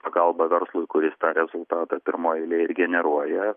pagalba verslui kuris tą rezultatą pirmoj eilėj ir generuoja